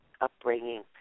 upbringing